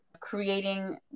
creating